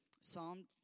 Psalm